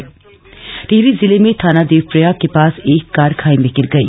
car दुर्घटना टिहरी जिले में थाना देवप्रायाग के पास एक कार खाई में गिर गई